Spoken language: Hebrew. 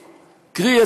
קרי,